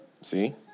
See